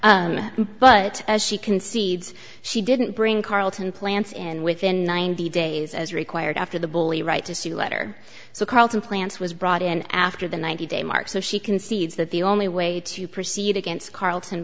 court but as she concedes she didn't bring carlton plants in within ninety days as required after the bully right to sue letter so carlton plants was brought in after the ninety day mark so she concedes that the only way to proceed against carlton